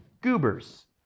goobers